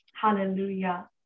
Hallelujah